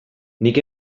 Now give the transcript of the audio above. nik